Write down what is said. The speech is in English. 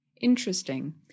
Interesting